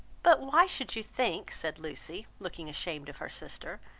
but why should you think, said lucy, looking ashamed of her sister,